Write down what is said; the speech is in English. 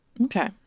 Okay